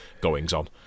goings-on